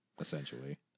Essentially